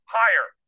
higher